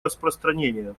распространения